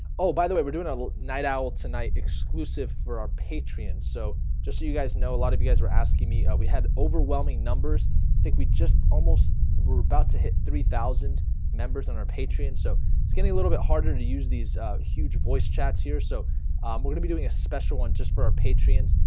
oh by the way we're doing a little night owl' tonight exclusive for our patreon so just so you guys know a lot of you guys were asking me we had overwhelming numbers i think we just almost we're about to hit three thousand members on and our patreon so it's getting a little bit harder to use these huge voice chats here, so um we're gonna be doing a special one just for our patrons.